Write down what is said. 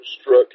struck